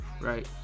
right